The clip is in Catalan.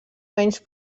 menys